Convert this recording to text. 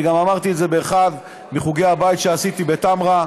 אני גם אמרתי את זה באחד מחוגי הבית שעשיתי בטמרה.